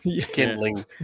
kindling